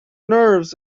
nerves